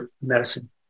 medicine